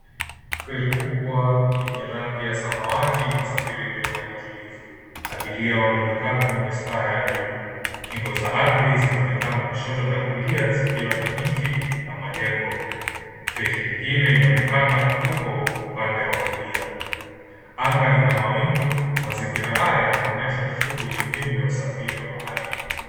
Feri kubwa yenye rangi ya samawati inasafiri juu ya maji tulivu, abiria wanaonekana kwenye staa ya juu kingo za ardhi zinaonekana kushoto na kulia zikiwa na miti na majengo. Feri nyingine inaonekana huko upande wa kulia. Anga ina mawingu, mazingira haya yanaonyesha shughuli muhimu ya usafiri wa baharini.